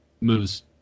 moves